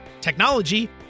technology